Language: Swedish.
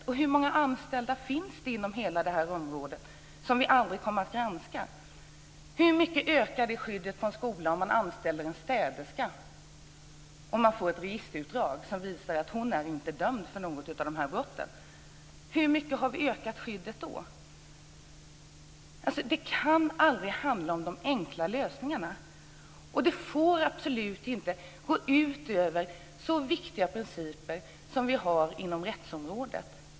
Men hur många anställda finns det inom hela området som vi aldrig kommer att granska? Hur mycket ökar det skyddet från skolans sida om en städerska anställs och man får ett registerutdrag som visar att hon inte är dömd för något av de nämnda brotten? Hur mycket har vi då alltså ökat skyddet? Det kan aldrig handla om de enkla lösningarna. Det får absolut inte gå ut över så viktiga principer som de vi har inom rättsområdet.